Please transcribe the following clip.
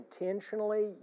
intentionally